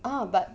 oh but